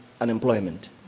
unemployment